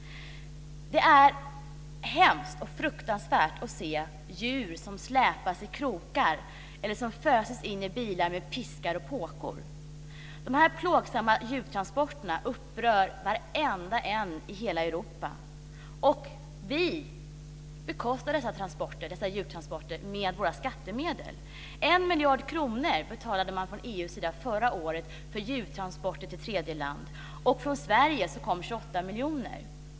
Det är fruktansvärt att se djur som släpas i krokar eller som föses in i bilar med piskor och påkar. De plågsamma djurtransporterna upprör varenda en i hela Europa. Vi bekostar dessa djurtransporter med våra skattemedel. Förra året betalade EU 1 miljard kronor för djurtransporter till tredje land. Från Sverige utbetalades 28 miljoner.